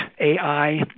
AI